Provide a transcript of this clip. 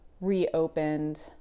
reopened